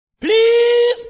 Please